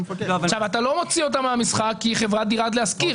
אתה לא מוציא אותה מהמשחק כי היא חברה דירה להשכיר.